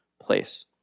place